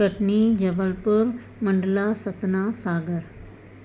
Katni Jabalpur Mandla Satna Sagar